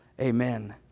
amen